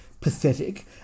pathetic